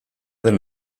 den